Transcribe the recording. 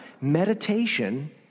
meditation